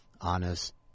honest